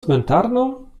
cmentarną